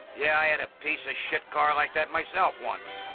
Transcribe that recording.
yeah, i had a piece of shit car like that myself once.